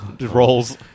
rolls